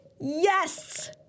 Yes